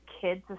kids